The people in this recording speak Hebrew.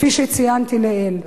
כפי שציינתי לעיל.